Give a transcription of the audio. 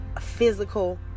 physical